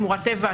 שמורת טבע,